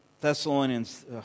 Thessalonians